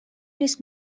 نیست